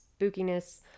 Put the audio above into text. spookiness